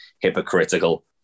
hypocritical